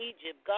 Egypt